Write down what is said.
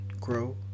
grow